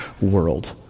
world